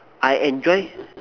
I enjoy